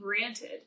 granted